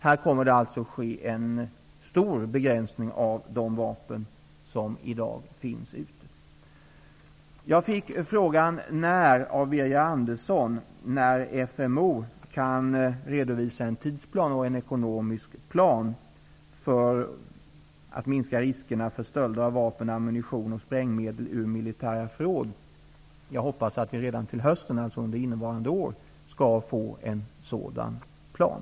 Här kommer det alltså att ske en stor begränsning jämfört med de vapen som finns ute i dag. Jag fick frågan av Birger Andersson om när FMO kan redovisa en tidsplan och en ekonomisk plan för att minska riskerna för stölder av vapen, ammunition och sprängmedel ur militära förråd. Jag hoppas att vi redan till hösten, alltså redan under innevarande år, skall få en sådan plan.